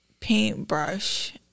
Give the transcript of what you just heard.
paintbrush